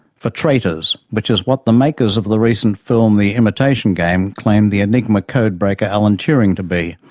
for traitors, which is what the makers of the recent film the imitation game claimed the enigma code breaker alan turing to be,